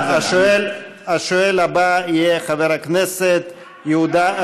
השואל הבא יהיה חבר הכנסת יהודה,